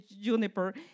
juniper